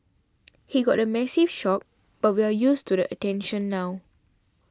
he got a massive shock but we're used to the attention now